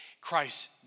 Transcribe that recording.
Christ